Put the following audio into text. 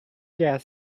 gas